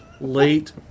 late